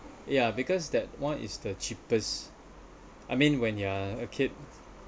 ya because that one is the cheapest I mean when you're a kid